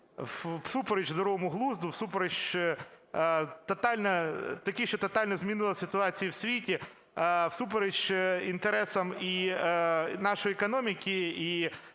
всупереч здоровому глузду, всупереч такій, що тотально змінило ситуацію в світі, всупереч інтересам і нашої економіки, і